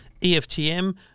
EFTM